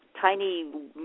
tiny